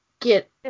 get